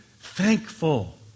thankful